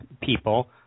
people